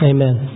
Amen